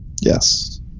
Yes